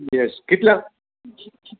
yes कितल्यांक